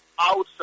outside